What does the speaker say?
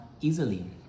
easily